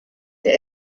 der